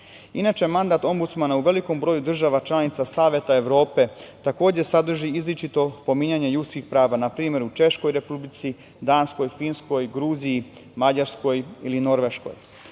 prava. Inače, mandat Ombudsmana u velikom broju država članica Saveta Evrope, takođe, sadrži izričito pominjanje ljudskih prava, na primer u Češkoj Republici, Danskoj, Finskoj, Gruziji, Mađarskoj ili Norveškoj. Što